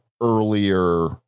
earlier